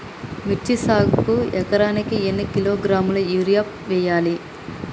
మిర్చి సాగుకు ఎకరానికి ఎన్ని కిలోగ్రాముల యూరియా వేయాలి?